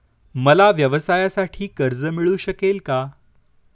मला व्यवसायासाठी कर्ज मिळू शकेल का?